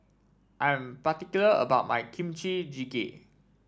I am particular about my Kimchi Jjigae